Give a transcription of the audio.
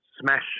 smash